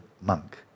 monk